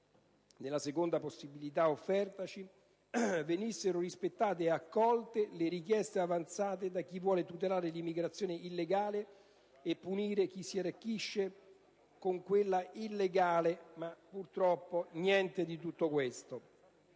nella seconda possibilità offertaci, venissero rispettate e accolte le richieste avanzate da chi vuole tutelare l'immigrazione legale e punire chi si arricchisce con quella illegale, ma purtroppo niente di tutto questo.